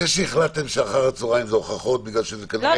זה שהחלטתם שאחר הצוהריים זה הוכחות בגלל שזה כנראה --- לא,